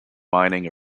mining